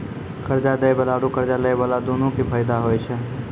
कर्जा दै बाला आरू कर्जा लै बाला दुनू के फायदा होय छै